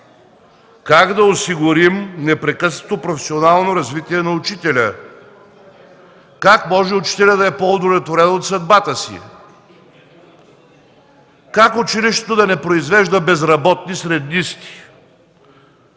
Как да осигурим непрекъснато професионално развитие на учителя? Как може учителят да е по-удовлетворен от съдбата си? Как училището да не произвежда безработни среднисти?